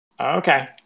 Okay